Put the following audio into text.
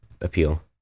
appeal